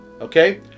Okay